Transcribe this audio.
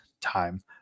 time